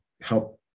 help